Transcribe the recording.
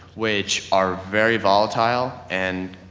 which are very volatile and